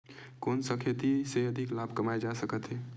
कोन सा खेती से अधिक लाभ कमाय जा सकत हे?